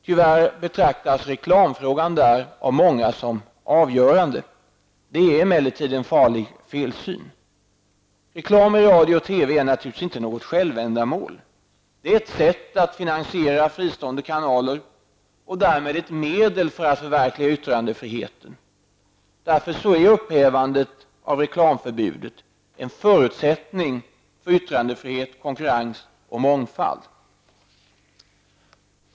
Tyvärr betraktas reklamfrågan av många som avgörande. Det är emellertid en farlig felsyn. Reklam i radio och TV är naturligtvis inget självändamål. Det är ett sätt att finansiera fristående kanaler och därmed ett medel att förverkliga yttrandefriheten. Därför är ett upphävande av reklamförbudet en förutsättning för yttrandefrihet, konkurrens och mångfald.